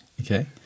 okay